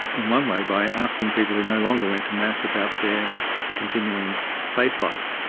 in one way by asking people who no longer went to mass about their continuing faith life.